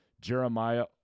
jeremiah